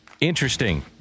Interesting